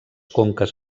conques